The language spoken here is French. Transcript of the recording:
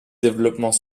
développement